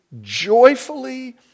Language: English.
Joyfully